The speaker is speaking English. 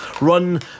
run